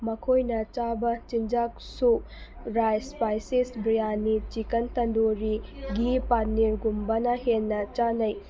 ꯃꯈꯣꯏꯅ ꯆꯥꯕ ꯆꯤꯟꯖꯥꯛꯁꯨ rice spices biryani chicken tandoori ꯒꯤ ꯄꯥꯅꯤꯔꯒꯨꯝꯕꯅ ꯍꯦꯟꯅ ꯆꯥꯟꯅꯩ